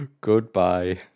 Goodbye